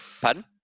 pardon